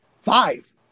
five